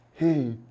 Hey